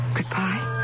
Goodbye